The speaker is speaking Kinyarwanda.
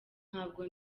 ntabwo